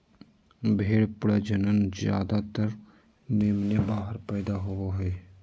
भेड़ प्रजनन ज्यादातर मेमने बाहर पैदा होवे हइ